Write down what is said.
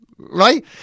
Right